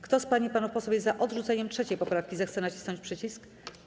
Kto z pań i panów posłów jest za odrzuceniem 3. poprawki, zechce nacisnąć przycisk.